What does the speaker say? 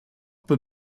peut